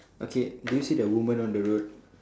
okay do you see the woman on the road